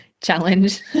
challenge